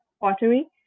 pottery